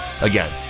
Again